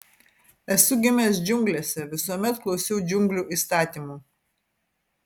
esu gimęs džiunglėse visuomet klausiau džiunglių įstatymų